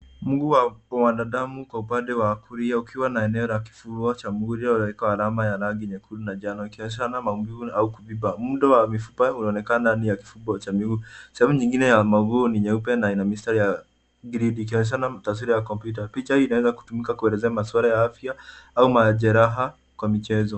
Mguu wa mwanadamu kwa upande wa kulia ukiwa na eneo la kufundo cha mguu uliowekwa alama nyekundu na njano yakionyeshana maumivu au kuvimba. Muundo wa mifupa unaonekana ni wa kifundo cha miguu. Sehemu nyingine ya mguu ni nyeupe na ina mistari ya green ikionyeshana taswira ya kompyuta. Picha hii inaweza kutumika kuelezea maswala ya afya au majeraha kwa michezo.